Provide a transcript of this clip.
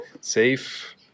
safe